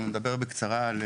נדבר בקצרה על